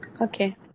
Okay